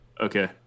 Okay